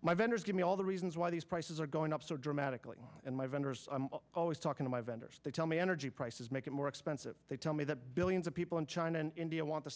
my vendors give me all the reasons why these prices are going up so dramatically and my vendors are always talking to my vendors they tell me energy prices make it more expensive they tell me that billions of people in china and india want the